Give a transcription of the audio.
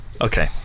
okay